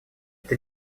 это